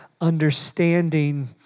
understanding